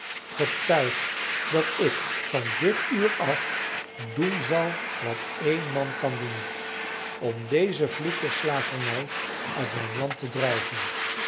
getuig dat ik van dit uur af doen zal wat één man kan doen om dezen vloek der slavernij uit mijn land te drijven